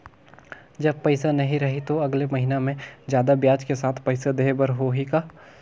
जब पइसा नहीं रही तो अगले महीना मे जादा ब्याज के साथ पइसा देहे बर होहि का?